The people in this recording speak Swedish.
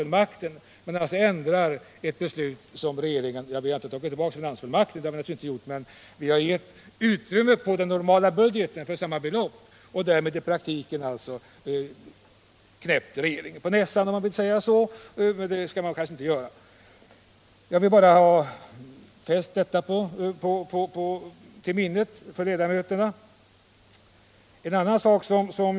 Utskottet har alltså föreslagit en ändring av ett beslut som regeringen fattat - utskottet har naturligtvis inte föreslagit ändring av beslutet rörande finansfullmakten, utan man har föreslagit ett utrymme för samma belopp i den normala budgeten — och därmed så att säga knäppt regeringen på näsan. Jag har med detta velat göra riksdagens ledamöter uppmärksamma på detta ärendes behandling.